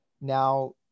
now